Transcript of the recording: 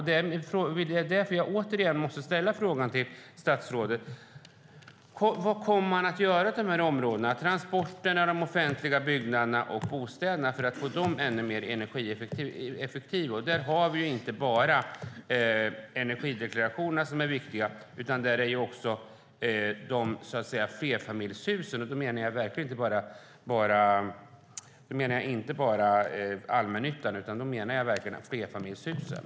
Det är därför jag återigen måste ställa frågan till statsrådet: Vad kommer man att göra på de här områdena, transporterna, de offentliga byggnaderna och bostäderna, för att få dem ännu mer energieffektiva? Där har vi inte bara energideklarationerna, som är viktiga, utan där har vi också flerfamiljshusen. Då menar jag inte bara allmännyttan, utan då menar jag verkligen flerfamiljshusen.